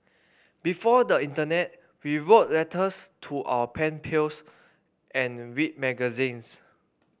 before the internet we wrote letters to our pen pals and read magazines